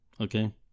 Okay